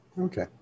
Okay